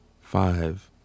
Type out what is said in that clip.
five